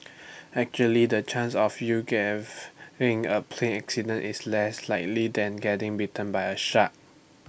actually the chance of you having A plane accident is less likely than getting bitten by A shark